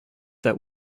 that